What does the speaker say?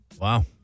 Wow